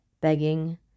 Begging